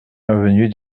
avenue